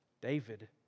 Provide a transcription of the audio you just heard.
David